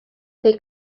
they